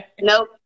Nope